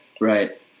Right